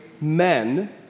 men